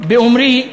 באומרי: